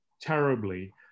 terribly